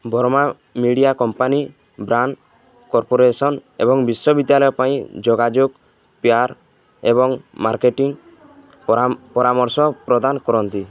Verma media company brand corporation ଏବଂ ବିଶ୍ୱବିଦ୍ୟାଳୟ ପାଇଁ ଯୋଗାଯୋଗ ପିଆର ଏବଂ ମାର୍କେଟିଂ ପରା ପରାମର୍ଶ ପ୍ରଦାନ କରନ୍ତି